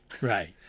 Right